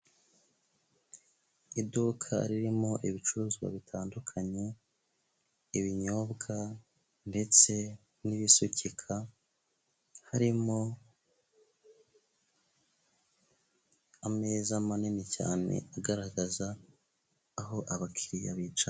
Iduka ririmo ibicuruzwa bitandukanye, ibinyobwa ndetse n'ibisukika, harimo ameza manini cyane agaragaza aho abakiriya bicara.